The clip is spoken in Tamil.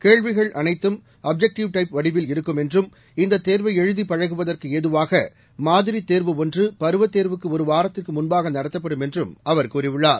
கேள்விகள் அனைத்தும் ஆப்ஜெஷ்டிவ் டைப் வடிவில் இருக்கும் என்றும் இந்தத் தேர்வை எழுதி பழகுவதற்கு ஏதுவாக மாதிரி தேர்வு ஒன்று பருவத் தேர்வுக்கு ஒரு வாரத்திற்கு முன்பாக நடத்தப்படும் என்றும் அவர் கூறியுள்ளார்